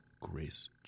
Grace